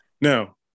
now